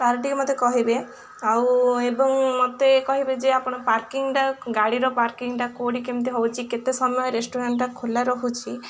ତାର ଟିକେ ମତେ କହିବେ ଆଉ ଏବଂ ମତେ କହିବେ ଯେ ଆପଣ ପାର୍କିଂଟା ଗାଡ଼ିର ପାର୍କିଂଟା କେଉଁଠି କେମିତି ହେଉଛି କେତେ ସମୟ ରେଷ୍ଟୁରାଣ୍ଟ୍ଟା ଖୋଲା ରହୁଛି